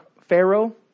Pharaoh